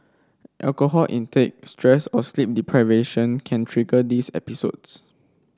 alcohol intake stress or sleep deprivation can trigger these episodes